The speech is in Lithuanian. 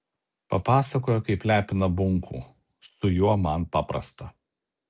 papasakojo kaip lepina bunkų su juo man paprasta